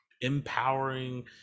empowering